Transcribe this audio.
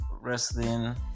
Wrestling